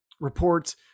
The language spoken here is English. reports